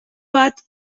bat